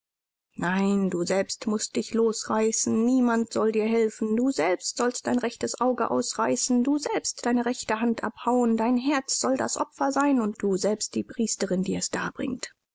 nein du selbst mußt dich losreißen niemand soll dir helfen du selbst sollst dein rechtes auge ausreißen du selbst deine rechte hand abhauen dein herz soll das opfer sein und du selbst die priesterin die es darbringt